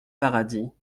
paradis